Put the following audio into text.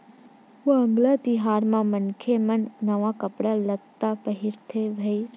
वांगला तिहार म मनखे मन नवा कपड़ा लत्ता पहिरथे भईर